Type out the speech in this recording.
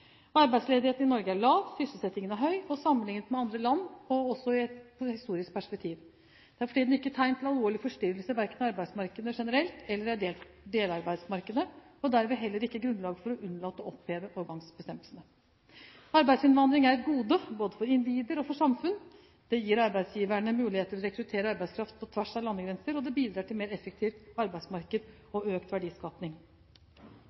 Arbeidsledigheten i Norge er lav, og sysselsettingen er høy sammenlignet med andre land – også i et historisk perspektiv. Det er for tiden ikke tegn til alvorlige forstyrrelser verken i arbeidsmarkedet generelt eller i delarbeidsmarkeder, og dermed heller ikke grunnlag for å unnlate å oppheve overgangsbestemmelsene. Arbeidsinnvandring er et gode for både individer og for samfunn. Det gir arbeidsgiverne mulighet til å rekruttere arbeidskraft på tvers av landegrenser, og det bidrar til et mer effektivt arbeidsmarked